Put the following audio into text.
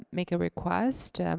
make a request.